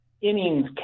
innings